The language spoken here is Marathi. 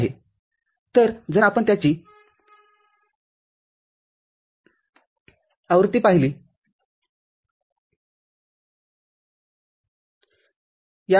तर जर आपण त्याची प्र प्राईम आवृत्ती पाठविली त्याची पूरकआवृत्ती पाठविलीतुम्हाला OR प्रक्रिया मिळते स्पष्ट आहे